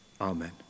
amen